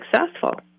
successful